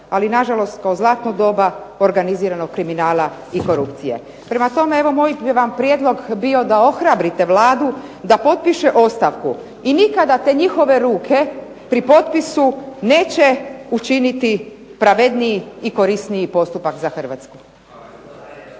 ali na žalost kao zlatno doba organiziranog kriminala i korupcije. Prema tome evo moj bi vam prijedlog bio da ohrabrite Vladu da potpiše ostavku i nikada te njihove ruke pri potpisu neće učiniti pravedniji i korisniji postupak za Hrvatsku.